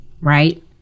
right